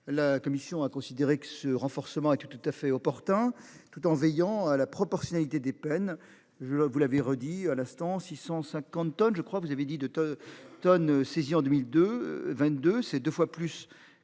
La commission a considéré que ce renforcement et tout tout à fait opportun tout en veillant à la proportionnalité des peines. Je vous l'avez redit à l'instant 650 tonnes, je crois, vous avez dit de te tonnes saisies en 2002 22, c'est 2 fois plus que